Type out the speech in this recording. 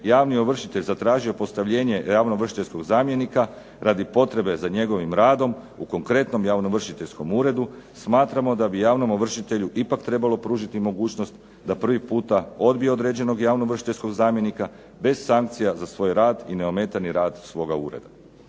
javni ovršitelj postavljenje javno ovršiteljskog zamjenika radi potrebe za njegovim radom u konkretnom javno ovršiteljskom uredu smatramo da bi javni ovršitelj ipak trebalo pružiti mogućnost da prvi puta odbije određenog javno ovršiteljskog zamjenika bez sankcija za svoj rad i ne ometanje rad svoga ureda.